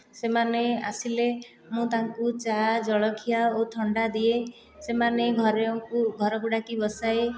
ସେମାନେ ଆସିଲେ ମୁଁ ତାଙ୍କୁ ଚା' ଜଳଖିଆ ଓ ଥଣ୍ଡା ଦିଏ ସେମାନେ ଘରକୁ ଡାକି ବସାଏ